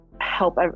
help